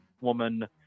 woman